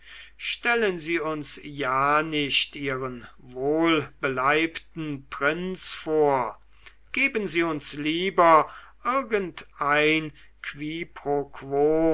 stellen sie uns ja nicht ihren wohlbeleibten prinzen vor geben sie uns lieber irgendein quiproquo